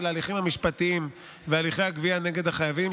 ההליכים המשפטיים והליכי הגבייה נגד החייבים,